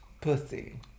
Pussy